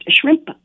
shrimp